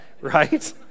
right